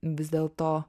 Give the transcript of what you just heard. vis dėlto